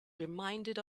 reminded